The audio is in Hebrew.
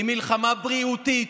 היא מלחמה בריאותית.